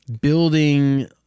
building